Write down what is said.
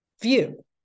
view